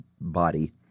body